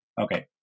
Okay